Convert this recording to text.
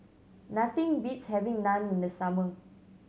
nothing beats having Naan in the summer